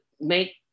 make